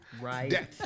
Right